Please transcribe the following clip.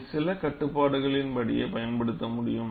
இது சில கட்டுப்பாடுகளின் அடிப்படையே பயன்படுத்த முடியும்